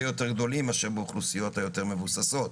יותר גדולים מאשר באוכלוסיות היותר מבוססות,